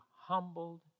humbled